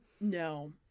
No